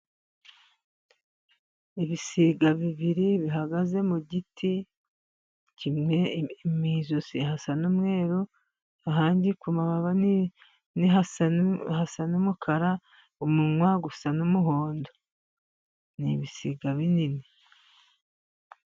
Ibisiga bibiri bihagaze mu giti, kimwe mu ijosi hasa n'umweru ahandi ku mababa hasa n'umukara, umunwa usa n'umuhondo ni ibisiga binini.